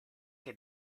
che